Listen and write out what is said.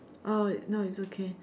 oh no it's okay